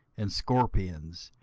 and scorpions,